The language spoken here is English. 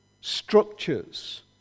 structures